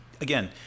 Again